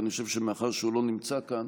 אבל אני חושב שמאחר שהוא לא נמצא כאן,